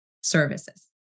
services